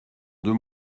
deux